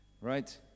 right